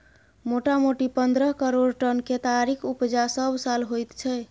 मोटामोटी पन्द्रह करोड़ टन केतारीक उपजा सबसाल होइत छै